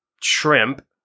shrimp